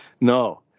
No